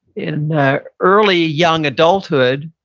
in early, young adulthood,